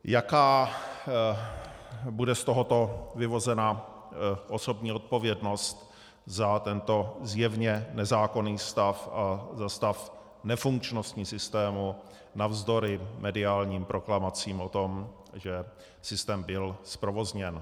Jaká bude z tohoto vyvozena osobní odpovědnost za tento zjevně nezákonný stav a za stav nefunkčnosti systému navzdory mediálním proklamacím o tom, že systém byl zprovozněn?